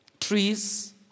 trees